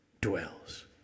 dwells